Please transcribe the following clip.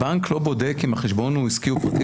הבנק לא בודק אם החשבון הוא עסקי או פרטי,